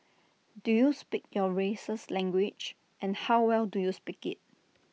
do you speak your race's language and how well do you speak IT